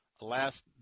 last